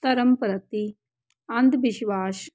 ਧਰਮ ਪ੍ਰਤੀ ਅੰਧ ਵਿਸ਼ਵਾਸ